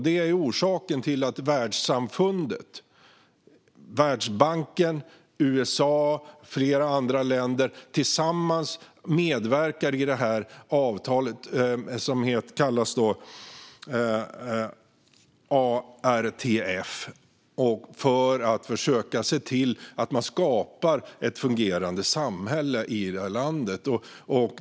Detta är orsaken till att världssamfundet - Världsbanken, USA och flera andra länder tillsammans - medverkar i det avtal som kallas ARTF, för att försöka se till att ett fungerande samhälle skapas i landet.